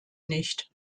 nicht